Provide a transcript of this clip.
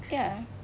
ya